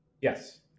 Yes